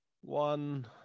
one